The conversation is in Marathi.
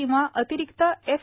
किंवा अतिरिक्त एफ